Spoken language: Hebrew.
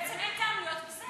בעצם אין טעם להיות בסדר.